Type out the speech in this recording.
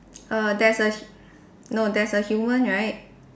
err there's a no there's a human right